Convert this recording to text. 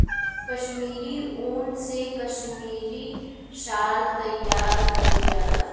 कसमीरी उन से कसमीरी साल तइयार कइल जाला